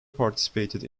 participated